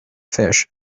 fish